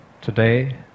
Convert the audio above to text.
today